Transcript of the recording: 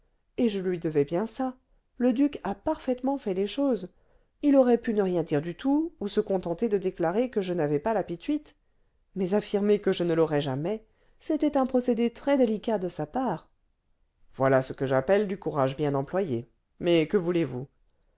et je lui devais bien ça le duc a parfaitement fait les choses il aurait pu ne rien dire du tout ou se contenter de déclarer que je n'avais pas la pituite mais affirmer que je ne l'aurais jamais c'était un procédé très délicat de sa part voilà ce que j'appelle du courage bien employé mais que voulez-vous